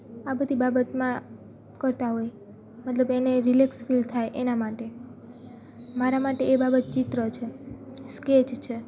આ બધી બાબતમાં કરતાં હોય મતલબ એને રિલેક્સ ફિલ થાય એના માટે મારા માટે એ બાબત ચિત્ર છે સ્કેચ છે